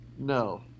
No